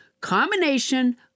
combination